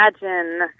imagine